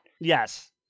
Yes